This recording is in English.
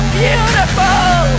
beautiful